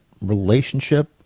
relationship